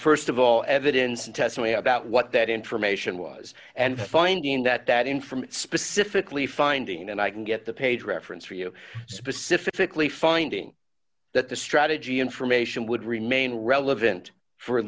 on st of all evidence and testimony about what that information was and finding that in from specifically finding and i can get the page reference for you specifically finding that the strategy information would remain relevant for at